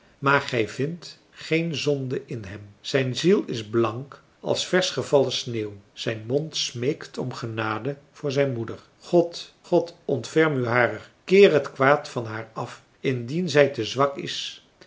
maar gij vindt geen zonde in hem zijn ziel is blank als versch gevallen sneeuw zijn mond smeekt om genade voor zijn moeder god god ontferm u harer keer het kwaad van haar af indien zij te zwak is